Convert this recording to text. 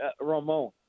Ramon